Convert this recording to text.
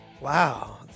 Wow